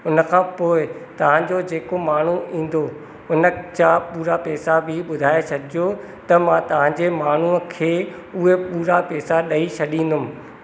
उन खां पोइ तव्हां जो जेको माण्हू ईंदो इन जा पूरा पैसा बि ॿुधाए छॾिजो त मां तव्हां खे माण्हूअ खे उहे पूरा पैसा ॾेई छॾींदुमि